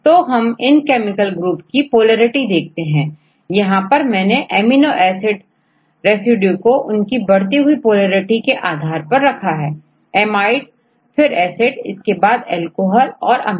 तो हम इन केमिकल ग्रुप की पोलैरिटी देखते हैं यहां पर मैंने एमिनो एसिड रेसिड्यू को उनकी बढ़ती हुई पोलैरिटी के आर्डर में रखा है एमाइड फिर एसिड इसके बाद अल्कोहल और amines